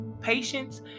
patience